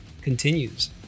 continues